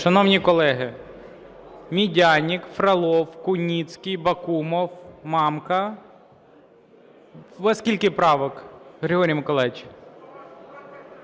Шановні колеги! Медяник, Фролов, Куницький, Бакумов, Мамка. У вас скільки правок, Григорій Миколайович?